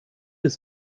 des